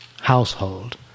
household